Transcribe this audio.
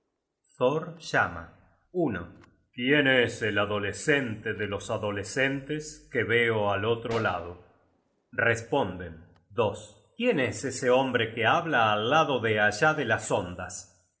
llama quién es el adolescente de los adolescentes que veo al otro lado responden quién es ese hombre que habla al lado de allá de las ondas